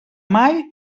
mai